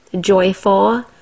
joyful